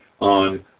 on